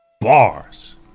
Bars